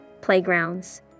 Playgrounds